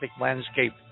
landscape